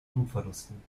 blutverlusten